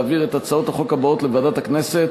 להעביר לוועדת הכנסת